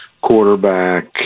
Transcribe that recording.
quarterback